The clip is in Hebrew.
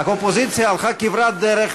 האופוזיציה הלכה כברת דרך